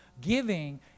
Giving